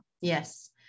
Yes